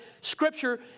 scripture